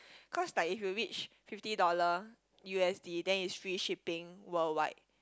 cause like if you reach fifty dollar U_S_D then is free shipping worldwide